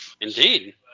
Indeed